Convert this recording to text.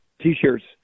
T-shirts